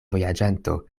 vojaĝanto